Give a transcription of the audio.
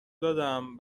دادم